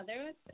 others